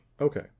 Okay